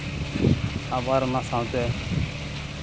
ᱟᱵᱟᱨ ᱚᱱᱟ ᱥᱟᱶᱛᱮ